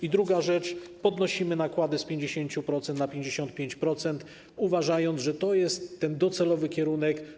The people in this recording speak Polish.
I druga rzecz: podnosimy nakłady z 50% do 55%, uważając, że to jest ten docelowy kierunek.